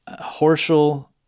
Horschel